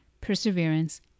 perseverance